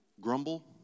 grumble